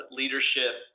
leadership